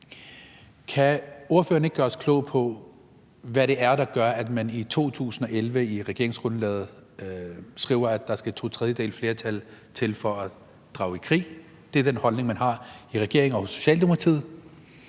Kan ordføreren ikke gøre os klog på, hvad det er, der gør, at man i 2011 i regeringsgrundlaget skriver, at der skal to tredjedeles flertal til for at drage i krig – det er den holdning, man har i regeringen og i Socialdemokratiet,